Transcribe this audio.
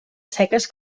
seques